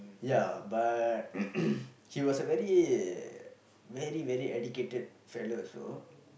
ya but he was a very very very educated fellow also